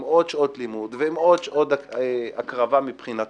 עם עוד שעות לימוד ועם עוד שעות הקרבה מבחינתו,